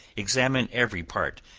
examine every part,